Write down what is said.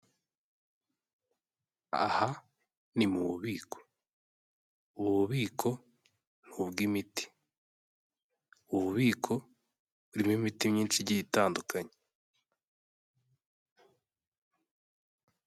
Aha ni mu bubiko, ububiko nubw'imiti, ububiko burimo imiti myinshi igiye itandukanye.